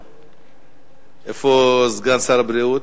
איפה סגן שר הבריאות?